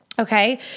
okay